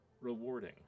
rewarding